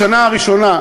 בשנה הראשונה,